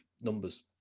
numbers